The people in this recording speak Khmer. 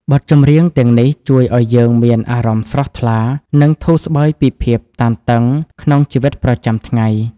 បទចម្រៀងទាំងនេះជួយឱ្យយើងមានអារម្មណ៍ស្រស់ថ្លា និងធូរស្បើយពីភាពតានតឹងក្នុងជីវិតប្រចាំថ្ងៃ។